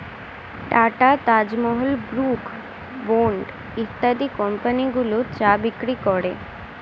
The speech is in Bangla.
টাটা, তাজমহল, ব্রুক বন্ড ইত্যাদি কোম্পানিগুলো চা বিক্রি করে